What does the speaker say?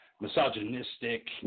misogynistic